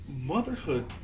motherhood